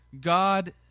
God